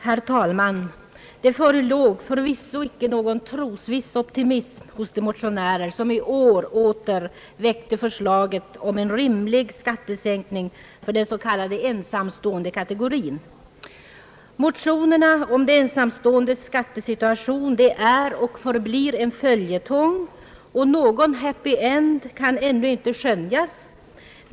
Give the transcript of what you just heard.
Herr talman! Det förelåg förvisso icke någon trosviss optimism hos de motionärer, som i år åter väckte förslaget om en rimlig skattesänkning för de s.k. ensamstående. Motionerna om de ensamståendes skattesituation är och förblir en följetong, och någon happy end kan ännu inte skönjas.